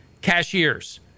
Cashiers